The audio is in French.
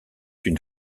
une